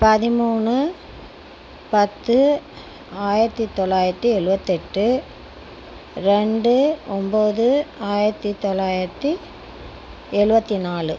பதிமூணு பத்து ஆயிரத்தி தொள்ளாயிரத்தி எழுபத்தெட்டு ரெண்டு ஒன்போது ஆயிரத்தி தொள்ளாயிரத்தி எழுபத்தி நாலு